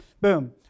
Boom